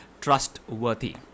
trustworthy